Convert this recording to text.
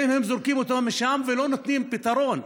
הינה, זורקים אותם משם, ולא נותנים פתרון.